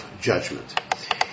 judgment